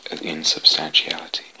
insubstantiality